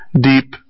deep